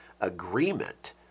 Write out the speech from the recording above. agreement